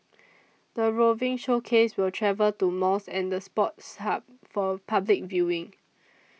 the roving showcase will travel to malls and the Sports Hub for public viewing